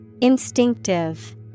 Instinctive